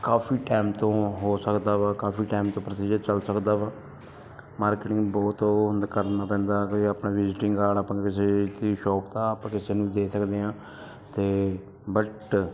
ਕਾਫ਼ੀ ਟਾਈਮ ਤੋਂ ਹੋ ਸਕਦਾ ਵਾ ਕਾਫ਼ੀ ਟਾਈਮ ਤੋਂ ਪਸੀਜਰ ਚੱਲ ਸਕਦਾ ਵਾ ਮਾਰਕੀਟਿੰਗ ਬਹੁਤ ਉਹ ਕਰਨਾ ਪੈਂਦਾ ਆਪਣੇ ਵਿਜਟਿੰਗ ਵਾਲਾ ਆਪਣੇ ਕਿਸੇ ਕਿ ਸ਼ੋਪ ਤੇ ਆਪਾਂ ਕਿਸੇ ਨੂੰ ਦੇ ਸਕਦੇ ਹਾਂ ਤਾਂ ਬਟ